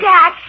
Dad